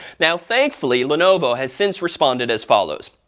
now thankfully, lenovo has since responded as follows.